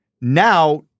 Now